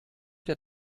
der